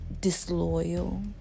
disloyal